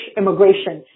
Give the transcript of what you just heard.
immigration